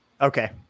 okay